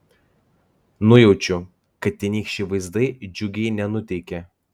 nujaučiu kad tenykščiai vaizdai džiugiai nenuteikė